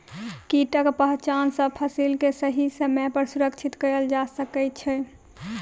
कीटक पहचान सॅ फसिल के सही समय पर सुरक्षित कयल जा सकै छै